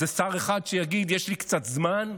איזה שר אחד שיגיד: יש לי קצת זמן,